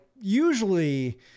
usually